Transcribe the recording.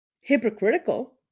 hypocritical